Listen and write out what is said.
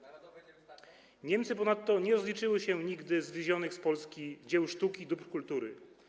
Niemcy ponadto nie rozliczyły się nigdy z wywiezionych z Polski dzieł sztuki i dóbr kultury.